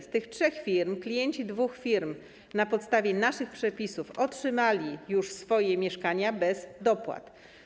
Z tych trzech firm klienci dwóch firm na podstawie naszych przepisów otrzymali już swoje mieszkania bez dopłat.